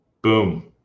Boom